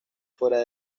fuera